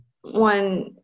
one